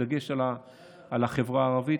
בדגש על החברה הערבית.